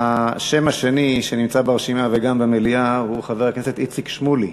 השם השני שנמצא ברשימה וגם הוא במליאה הוא חבר הכנסת איציק שמולי.